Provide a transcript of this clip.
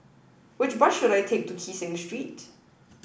which bus should I take to Kee Seng Street